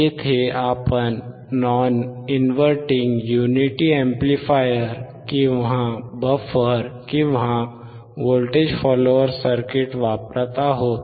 येथे आपण non inverting unity amplifier किंवा बफर किंवा व्होल्टेज फॉलोअर सर्किट वापरत आहोत